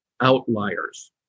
outliers